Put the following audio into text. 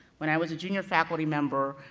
when i was a junior faculty member,